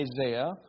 Isaiah